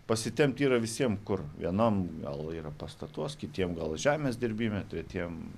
pasitempt yra visiem kur vienam gal yra pastatuos kitiem gal žemės dirbime tretiem